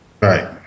Right